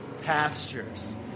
pastures